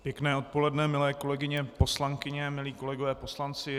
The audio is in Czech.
Pěkné odpoledne, milé kolegyně poslankyně, milí kolegové poslanci.